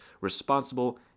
responsible